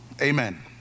Amen